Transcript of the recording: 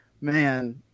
man